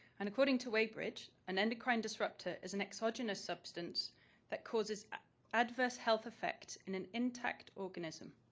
and according to weybridge, an endocrine disruptor is an exogenous substance that causes adverse health effects in an intact organism